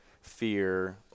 fear